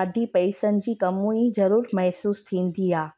ॾाढी पैसनि जी कमी ई ज़रूरु महिसूसु थींदी आहे